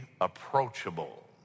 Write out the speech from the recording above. approachable